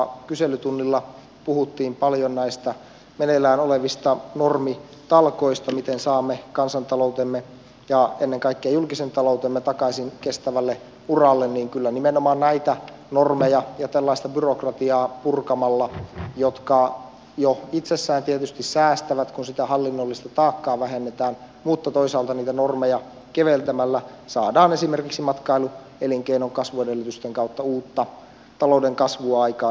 kun kyselytunnilla puhuttiin paljon näistä meneillään olevista normitalkoista miten saamme kansantaloutemme ja ennen kaikkea julkisen taloutemme takaisin kestävälle uralle niin kyllä nimenomaan näitä normeja ja tällaista byrokratiaa purkamalla jotka jo itsessään tietysti säästävät kun sitä hallinnollista taakkaa vähennetään mutta toisaalta niitä normeja keventämällä saadaan esimerkiksi matkailuelinkeinon kasvuedellytysten kautta uutta talouden kasvua aikaan